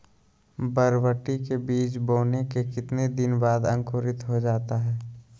बरबटी के बीज बोने के कितने दिन बाद अंकुरित हो जाता है?